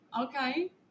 Okay